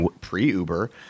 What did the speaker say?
pre-Uber